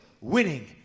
winning